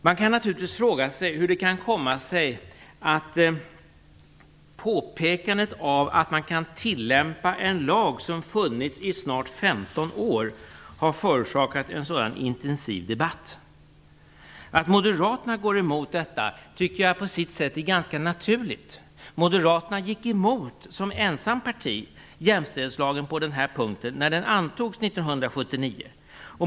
Man kan naturligtvis fråga sig hur påpekandet av att man kan tillämpa en lag som funnits i snart 15 år kan förorsaka en så intensiv debatt. Att Moderaterna går emot detta tycker jag på ett sätt är ganska naturligt; det gick som ensamt parti emot jämställdhetslagen på den här punkten när den antogs 1979.